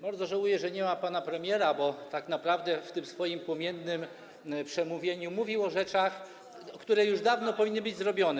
Bardzo żałuję, że nie ma pana premiera, bo tak naprawdę w tym swoim płomiennym przemówieniu mówił o rzeczach, które już dawno powinny być zrobione.